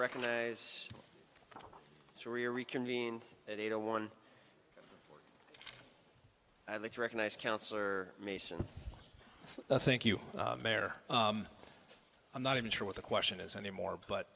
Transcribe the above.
reconvene at eight o one i'd like to recognize counselor mason i think you may or i'm not even sure what the question is anymore but